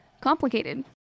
Complicated